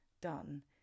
done